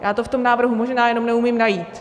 Já to v tom návrhu možná jenom neumím najít.